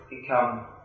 become